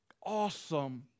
awesome